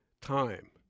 time